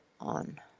on